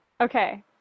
Okay